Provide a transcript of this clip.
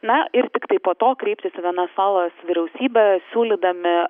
na ir tiktai po to kreiptis venesuelos vyriausybę siūlydami